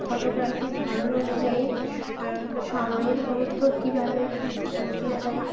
ফটোগ্রাফির ধরন অনুযায়ী সময়ের গুরুত্ব কীভাবে বদলে দেয়